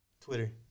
Twitter